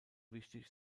wichtig